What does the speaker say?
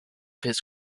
his